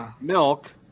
Milk